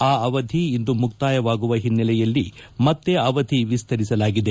ಆ ಅವಧಿ ಇಂದು ಮುಕ್ತಾಯವಾಗುವ ಹಿನ್ನೆಲೆಯಲ್ಲಿ ಮತ್ತೆ ಅವಧಿ ವಿಸ್ತರಿಸಲಾಗಿದೆ